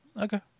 okay